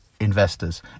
investors